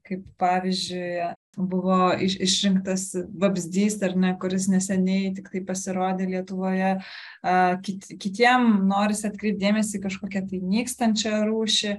kaip pavyzdžiui buvo iš išrinktas vabzdys ar ne kuris neseniai tiktai pasirodė kitiem norisi atkreipt dėmesį į kažkokią tai nykstančią rūšį